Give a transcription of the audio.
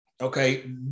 okay